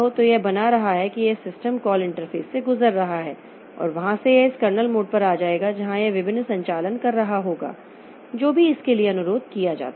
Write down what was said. तो यह बना रहा है कि यह इस सिस्टम कॉल इंटरफ़ेस से गुजर रहा है और वहाँ से यह इस कर्नेल मोड पर आ जाएगा जहाँ यह विभिन्न संचालन कर रहा होगा जो भी इसके लिए अनुरोध किया जाता है